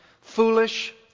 foolish